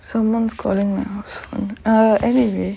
someone calling my house oh ah anyway